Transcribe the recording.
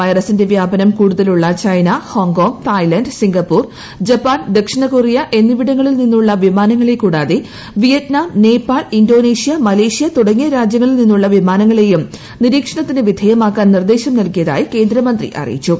വൈറസിന്റെ വ്യാപനം കൂടുതലുള്ള China Hong Kong Thailand Singapore Japan ദക്ഷിണകൊറിയ എന്നിവിടങ്ങളിൽ നിന്നുള്ള വിമാനങ്ങളെ കൂടാതെ വിയറ്റ്നാം നേപ്പാൾ ഇൻഡോനേഷ്യ മലേഷ്യ തുടങ്ങിയ രാജ്യങ്ങളിൽ നിന്നുള്ള വിമാനങ്ങളേയും നിരീക്ഷണത്തിന് വിധേയമാക്കാൻ നിർദ്ദേശം നൽകിയതായി കേന്ദ്രമന്ത്രി അറിയിച്ചു